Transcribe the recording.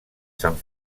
sant